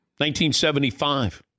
1975